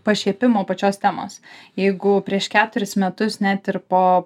pašiepimo pačios temos jeigu prieš keturis metus net ir po